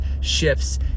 shifts